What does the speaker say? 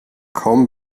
kaum